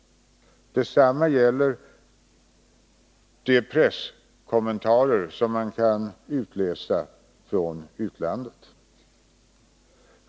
Detsamma gäller presskommentarerna i utlandet.